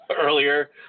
earlier